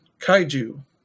Kaiju